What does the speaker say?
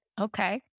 okay